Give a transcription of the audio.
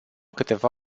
câteva